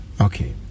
okay